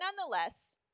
nonetheless